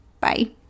Bye